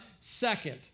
second